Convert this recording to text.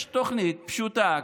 יש תוכנית פשוטה,